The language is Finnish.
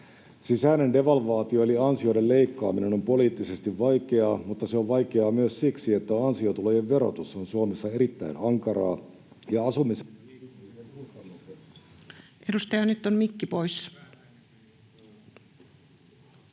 Sisäinen devalvaatio eli ansioiden leikkaaminen on poliittisesti vaikeaa, mutta se on vaikeaa myös siksi, että ansiotulojen verotus on Suomessa erittäin ankaraa,